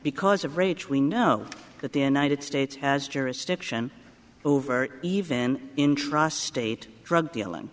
because of rage we know that the united states has jurisdiction over even interest state drug dealing